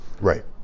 right